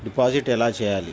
Deposit ఎలా చెయ్యాలి?